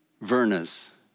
Verna's